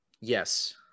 Yes